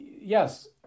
yes